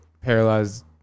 paralyzed